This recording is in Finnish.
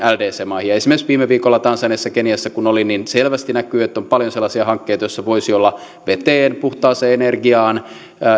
ldc maihin esimerkiksi viime viikolla tansaniassa ja keniassa kun olin niin selvästi näkyi että on paljon sellaisia hankkeita joissa voisi olla veteen puhtaaseen energiaan